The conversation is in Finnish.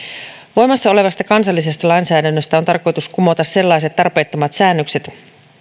voimassa olevasta kansallisesta lainsäädännöstä on tarkoitus kumota sellaiset tarpeettomat säännökset